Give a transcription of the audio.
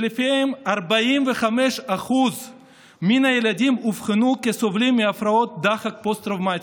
ולפיו 45% מן הילדים אובחנו כסובלים מהפרעות דחק פוסט-טראומטיות.